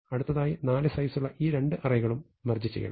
അടുത്തതായി 4 സൈസുള്ള ഈ രണ്ട് അറേകളും മെർജ് ചെയ്യണം